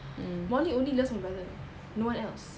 molly only loves my brother no one else